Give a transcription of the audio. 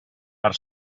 per